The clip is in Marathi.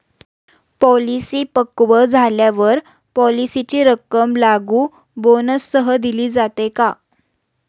पॉलिसी पक्व झाल्यावर पॉलिसीची रक्कम लागू बोनससह दिली जाते का?